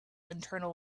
internal